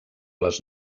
les